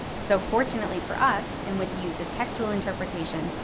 so fortunately for us, and with the use of textual interpretation,